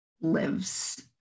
lives